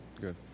good